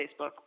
Facebook